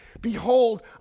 Behold